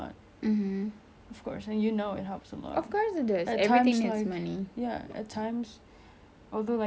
at times ya at times over like buying something for yourself doesn't make you necessary happy